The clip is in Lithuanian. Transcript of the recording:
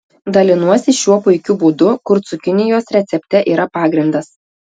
dalinuosi šiuo puikiu būdu kur cukinijos recepte yra pagrindas